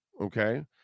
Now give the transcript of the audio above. okay